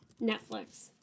Netflix